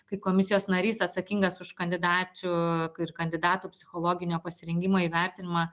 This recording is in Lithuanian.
kai komisijos narys atsakingas už kandidačių k ir kandidatų psichologinio pasirengimo įvertinimą